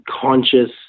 conscious